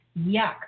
yuck